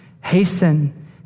Hasten